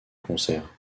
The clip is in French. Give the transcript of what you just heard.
concert